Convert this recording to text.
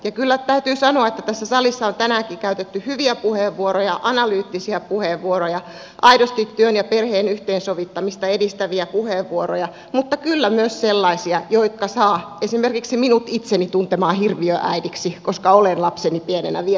ja kyllä täytyy sanoa että tässä salissa on tänäänkin käytetty hyviä puheenvuoroja analyyttisiä puheenvuoroja aidosti työn ja perheen yhteensovittamista edistäviä puheenvuoroja mutta kyllä myös sellaisia jotka saavat esimerkiksi minut tuntemaan itseni hirviöäidiksi koska olen lapseni pienenä vienyt päiväkotiin